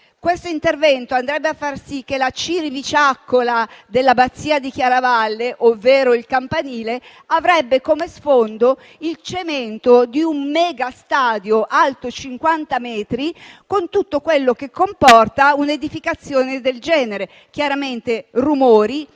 Questo intervento andrebbe a far sì che la ciribiciaccola dell'abbazia di Chiaravalle, ovvero il campanile, avrebbe come sfondo il cemento di un mega stadio alto 50 metri, con tutto quello che comporta un'edificazione del genere: chiaramente rumori.